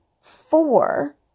four